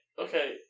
okay